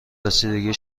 رسیدگی